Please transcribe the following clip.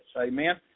Amen